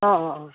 অঁ অঁ অঁ